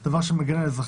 זה דבר שמגן על האזרחים,